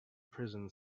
prison